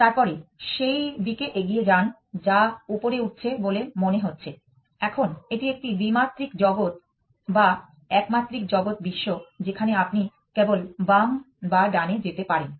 তারপরে সেই দিকে এগিয়ে যান যা উপরে উঠছে বলে মনে হচ্ছে এখন এটি একটি দ্বিমাত্রিক জগত বা এক মাত্রিক বিশ্ব যেখানে আপনি কেবল বাম বা ডানে যেতে পারেন